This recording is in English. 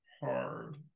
hard